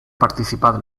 participado